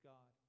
God